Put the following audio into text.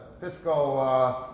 fiscal